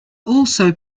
also